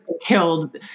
killed